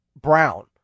Brown